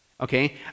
okay